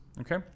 Okay